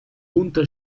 punta